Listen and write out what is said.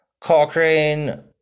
Cochrane